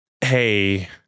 Hey